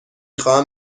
خواهم